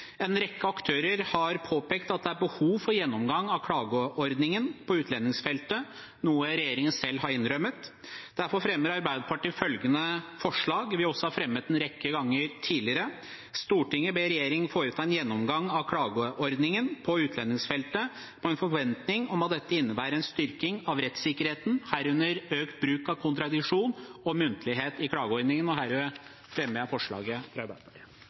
En rekke aktører har påpekt at det er behov for en gjennomgang av klageordningen på utlendingsfeltet, noe også regjeringen selv har innrømmet. Derfor fremmer Arbeiderpartiet følgende forslag, som vi også har fremmet en rekke ganger tidligere: «Stortinget ber regjeringen foreta en gjennomgang av klageordningen på utlendingsfeltet med en forventning om at dette innebærer en styrking av rettssikkerheten, herunder økt bruk av kontradiksjon og muntlighet i klageordningen.» Herved fremmer jeg forslaget fra Arbeiderpartiet.